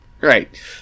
Right